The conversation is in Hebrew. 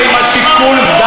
עם שיקול,